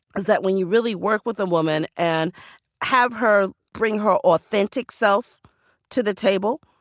is that when you really work with a woman and have her bring her authentic self to the table,